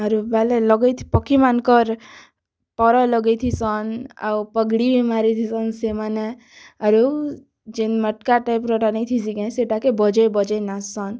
ଆରୁ ବାଲେ ଲଗେଇ ପକ୍ଷୀ ମାନ୍କର୍ ପର ଲଗେଇଥିସନ୍ ଆଉ ପଗଡ଼ି ବି ମାରିଥିସନ୍ ସେମାନେ ଆରୁ ଯେନ୍ ମଟ୍କା ଟାଇପ୍ ର ଟା ନାଇଁଥିସି କେଁ ସେଟାକେ ବଜେଇ ବଜେଇ ନାଚ୍ସନ୍